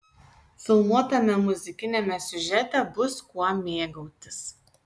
filmuotame muzikiniame siužete bus kuo mėgautis